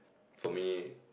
for me